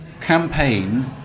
Campaign